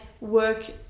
work